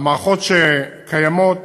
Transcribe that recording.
המערכות שקיימות